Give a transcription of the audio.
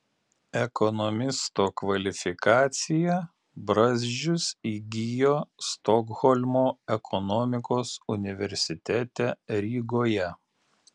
ekonomisto kvalifikaciją brazdžius įgijo stokholmo ekonomikos universitete rygoje